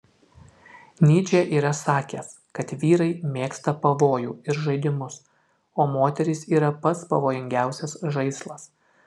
nyčė yra sakęs kad vyrai mėgsta pavojų ir žaidimus o moterys yra pats pavojingiausias žaislas